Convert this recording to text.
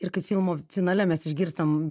ir kaip filmo finale mes išgirstam